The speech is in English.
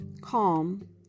calm